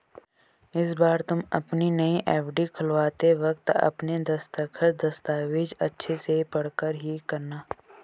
इस बार तुम अपनी नई एफ.डी खुलवाते वक्त अपने दस्तखत, दस्तावेज़ अच्छे से पढ़कर ही करना